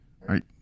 right